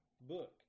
book